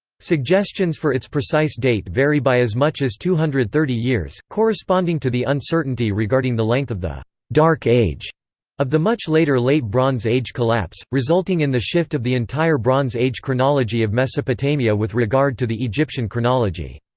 suggestions for its precise date vary by as much as two hundred and thirty years, corresponding to the uncertainty regarding the length of the dark age of the much later late bronze age collapse, resulting in the shift of the entire bronze age chronology of mesopotamia with regard to the egyptian chronology.